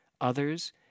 others